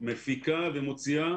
מפיקה ומוציאה